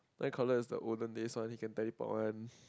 Nightcrawler is the olden days one he can teleport one